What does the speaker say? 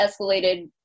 escalated